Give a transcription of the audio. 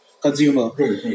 consumer